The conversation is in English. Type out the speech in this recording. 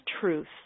truth